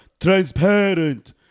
transparent